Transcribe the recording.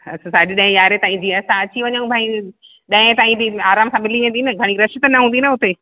असां साढी ॾहे यारहें ताईं जीअं असां अची वञू भई ॾहें ताईं बि आराम सां मिली वेंदी न घणी रश त न हूंदी न हुते